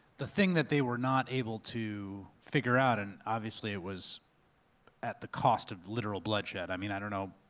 the things that they were not able to figure out, and obviously it was at the cost of literal bloodshed, i mean, i don't know,